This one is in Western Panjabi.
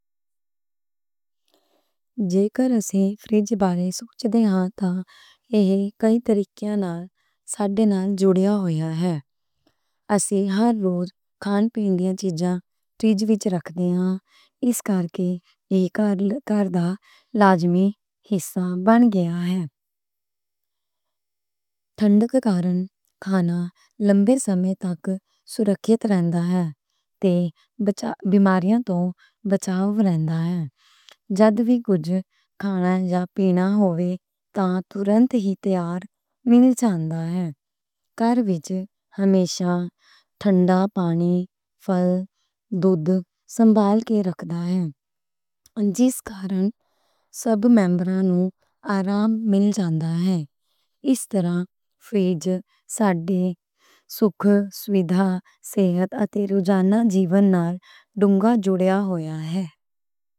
جے کر اسیں فریج بارے سوچدے آں تاں ایہ کئی طریقیاں نال ساڈے نال جُڑیا ہویا ہے۔ اسیں ہر روز کھان پین دیاں چیزاں فریج وِچ رکھدے آں اس کرکے ایہہ کار دا لازمی حصہ بن گیا ہے۔ ٹھنڈک کارن کھانا لمبے سمیں تک سُرکھیت رہندا ہے تے بیماریاں توں بچاؤ رہندا ہے۔ جدوں وی کُجھ کھانا یا پینا ہوئے تاں فٹافٹ تیار مِل جاندا ہے۔ کار وِچ ہمیشہ ٹھنڈا پانی، پھل، دودھ سنبھال کے رکھیا جاندا ہے۔ جس کارن سب ممبراں نوں آرام مِل جاندا ہے۔ اس طرح فریج ساڈے سکون، سہولت، صحت اتے روزانہ دی زندگی نال ڈُنگا جُڑیا ہویا ہے۔